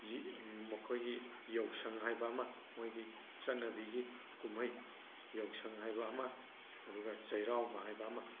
ꯃꯈꯣꯏꯒꯤ ꯌꯥꯎꯁꯪ ꯍꯥꯏꯕ ꯑꯃ ꯃꯣꯏꯒꯤ ꯆꯠꯅꯕꯤꯒꯤ ꯀꯨꯝꯍꯩ ꯌꯥꯎꯁꯪ ꯍꯥꯏꯕ ꯑꯃ ꯑꯗꯨꯒ ꯆꯩꯔꯥꯎꯕ ꯍꯥꯏꯕ ꯑꯃ